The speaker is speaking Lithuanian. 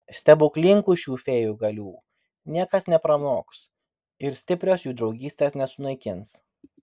stebuklingų šių fėjų galių niekas nepranoks ir stiprios jų draugystės nesunaikins